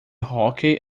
hóquei